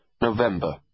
November